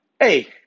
hey